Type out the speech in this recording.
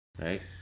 right